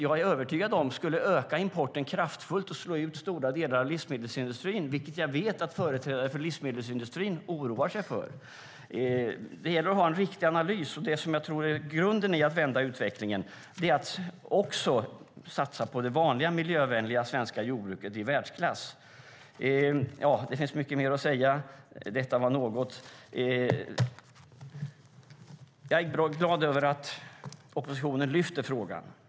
Jag är övertygad om att det skulle öka importen kraftigt och slå ut stora delar av livsmedelsindustrin, vilket jag vet att företrädare för livsmedelsindustrin oroar sig över. Det gäller att ha en riktig analys, och det jag tror är grunden för att vända utvecklingen är att också satsa på det vanliga miljövänliga svenska jordbruket i världsklass. Det finns mycket mer att säga; detta var något. Jag är glad över att oppositionen lyfter fram frågan.